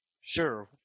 Sure